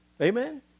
Amen